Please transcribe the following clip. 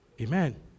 Amen